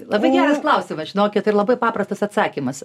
labai geras klausimas žinokit ir labai paprastas atsakymas